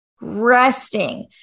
resting